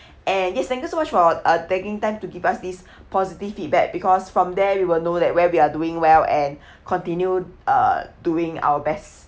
and yes thank you so much for uh taking time to give us this positive feedback because from there we will know that where we are doing well and continued uh doing our best